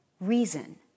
reason